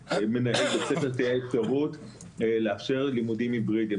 השאלה האם מנהל בית ספר יוכל לאפשר לימודם היברידיים.